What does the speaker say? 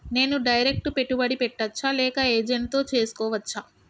నేను డైరెక్ట్ పెట్టుబడి పెట్టచ్చా లేక ఏజెంట్ తో చేస్కోవచ్చా?